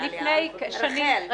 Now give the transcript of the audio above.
לפני שנים --- רחל,